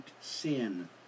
sin